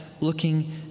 looking